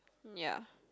mm ya